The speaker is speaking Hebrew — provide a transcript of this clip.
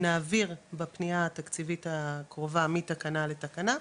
נעביר בפנייה התקציבית הקרובה מתקנה לתקנה,